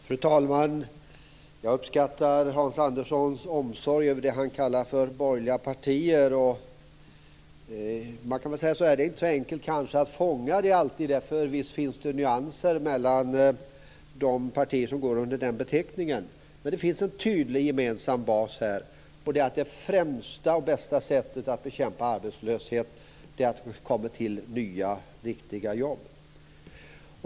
Fru talman! Jag uppskattar Hans Anderssons omsorg över det han kallar borgerliga partier. Det är inte så enkelt att fånga in detta. Visst finns det nyanser mellan de partier som går under den beteckningen. Men det finns en tydlig gemensam bas, nämligen att det främsta och bästa sättet att bekämpa arbetslöshet är att det skapas nya, riktiga jobb.